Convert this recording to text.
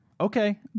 Okay